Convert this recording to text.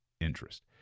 interest